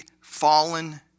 fallen